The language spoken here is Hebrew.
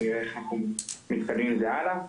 ונראה איך אנחנו מתקדמים עם זה הלאה.